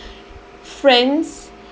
friends